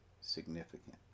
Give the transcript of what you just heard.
significant